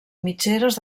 mitgeres